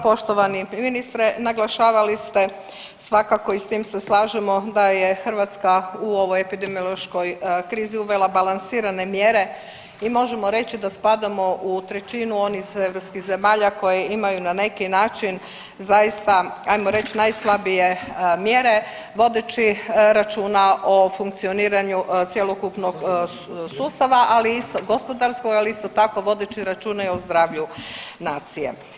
Poštovani ministre, naglašavali ste svakako i s tim se slažemo da je Hrvatska u ovoj epidemiološkoj krizi uvela balansirane mjere i možemo reći da spadamo u trećinu onih europskih zemalja koje imaju na neki način zaista ajmo reć najslabije mjere vodeći računa o funkcioniranju cjelokupnog sustava gospodarskog, ali isto tako vodeći računa i o zdravlju nacije.